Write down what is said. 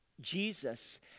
Jesus